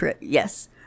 yes